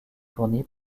fourni